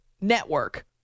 network